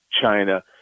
China